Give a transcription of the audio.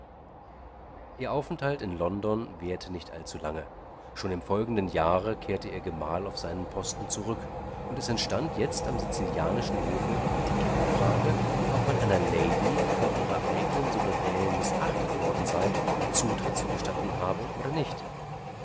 ihr aufenthalt in london währte nicht allzu lange schon im folgenden jahre kehrte ihr gemahl auf seinen posten zurück und es entstand jetzt am sizilianischen hofe die etiketten frage ob man einer lady die von ihrer eignen souveränin mißachtet worden sei zutritt zu gestatten habe oder nicht